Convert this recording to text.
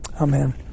Amen